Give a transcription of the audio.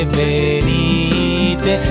venite